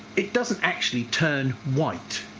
it doesn't actually turn white.